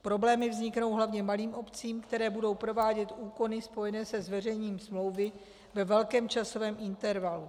Problémy vzniknou hlavně malým obcím, které budou provádět úkony spojené se zveřejněním smlouvy ve velkém časovém intervalu.